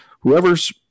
whoever's